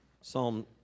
psalm